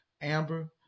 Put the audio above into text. Amber